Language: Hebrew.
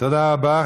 תודה רבה.